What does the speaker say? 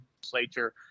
legislature